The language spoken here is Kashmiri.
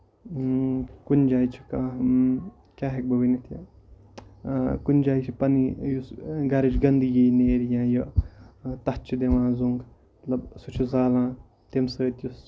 کُنہِ جایہِ چھُ کانٚہہ کیاہ ہٮ۪کہٕ بہٕ ؤنِتھ یہِ کُنہِ جایہِ چھُ پَنٕنۍ یُس گرِچ گندگی نیرِ یا یہِ تَتھ چھِ دِوان زوٚنگ مطلب سُہ چھُ زالان تَمہِ سۭتۍ یُس